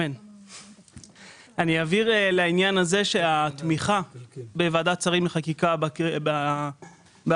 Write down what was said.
אני אבהיר לעניין הזה שהתמיכה בוועדת שרים לחקיקה בהצעת